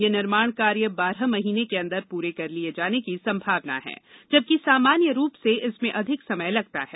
यह निर्माण कार्य बारह महीने के अंदर पूरे कर लिये जाने की संभावना है जबकि सामान्य रूप से इसमें अधिक समय लगता है